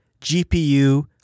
GPU